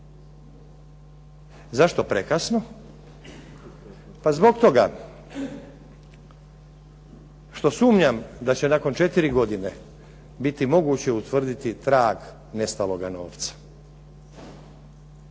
Zašto prekasno? Pa zbog toga što sumnjam da će nakon 4 godine biti moguće utvrditi trag nestaloga novca.